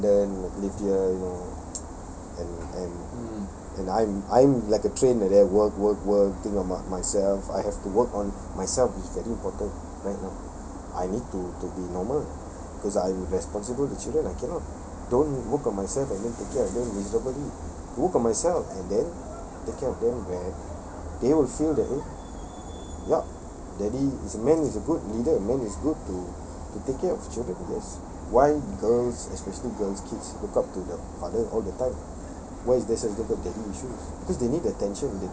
not like abundant you know and and and I'm I'm like a train like that work work work think about myself I have to work on myself right now I need to to be normal because I'm responsible to children I cannot don't look work on myself and then take care of them miserably work on myself and then care of them where they will feel that eh ya daddy is men is a good leader men is good to to take care of children that's why girls especially girls kids look up to the father all the time why is there such a thing called daddy issues